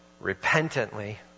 repentantly